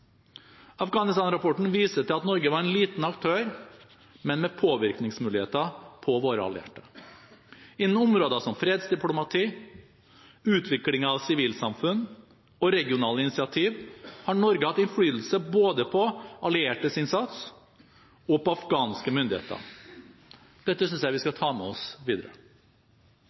viser til at Norge var en liten aktør, men med påvirkningsmuligheter på våre allierte. Innen områder som fredsdiplomati, utviklingen av sivilsamfunn og regionale initiativ har Norge hatt innflytelse både på alliertes innsats og på afghanske myndigheter. Dette synes jeg vi skal ta med oss videre.